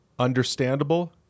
understandable